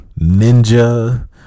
Ninja